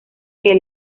que